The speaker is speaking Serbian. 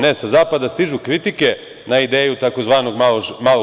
Ne, sa zapada stižu kritike na ideju tzv. malog